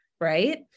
right